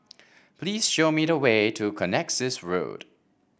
please show me the way to Connexis Road